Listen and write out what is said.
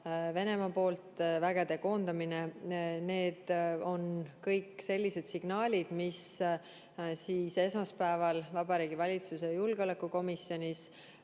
Venemaa vägede koondamine – need on kõik sellised signaalid, mis esmaspäeval Vabariigi Valitsuse julgeolekukomisjonis